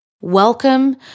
Welcome